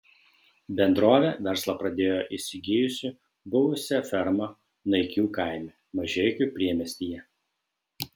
bendrovė verslą pradėjo įsigijusi buvusią fermą naikių kaime mažeikių priemiestyje